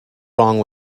wrong